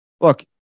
look